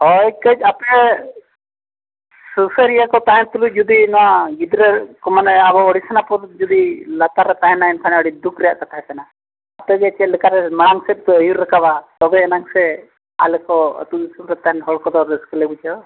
ᱦᱳᱭ ᱠᱟᱹᱡ ᱟᱯᱮ ᱥᱩᱥᱟᱹᱨᱤᱭᱟᱹ ᱠᱚ ᱛᱟᱦᱮᱱ ᱛᱩᱞᱩᱡ ᱡᱩᱫᱤ ᱱᱚᱣᱟ ᱜᱤᱫᱽᱨᱟᱹ ᱠᱚ ᱢᱟᱱᱮ ᱟᱵᱚ ᱡᱩᱫᱤ ᱞᱟᱛᱟᱨ ᱨᱮ ᱛᱟᱦᱮᱱᱟᱭ ᱮᱱᱠᱷᱟᱱ ᱟᱹᱰᱤ ᱫᱩᱠ ᱨᱮᱭᱟᱜ ᱠᱟᱛᱷᱟ ᱠᱟᱱᱟ ᱴᱷᱤᱠ ᱜᱮᱭᱟ ᱪᱮᱫ ᱞᱮᱠᱟᱨᱮ ᱢᱟᱲᱟᱝ ᱥᱮᱫ ᱯᱮ ᱟᱹᱭᱩᱨ ᱠᱟᱱᱟ ᱛᱚᱵᱮᱭᱟᱱᱟᱝ ᱥᱮ ᱟᱞᱮ ᱠᱚ ᱟᱛᱳ ᱫᱤᱥᱚᱢ ᱨᱮ ᱛᱟᱦᱮᱱ ᱦᱚᱲ ᱠᱚᱫᱚ ᱨᱟᱹᱥᱠᱟᱹ ᱞᱮ ᱵᱩᱡᱷᱟᱹᱣᱟ